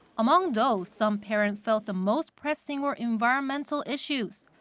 among those, some parent felt the most pressing were environmental issues.